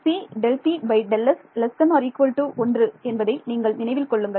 cΔtΔs ≤ 1 என்பதை நீங்கள் நினைவில் கொள்ளுங்கள்